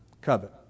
covet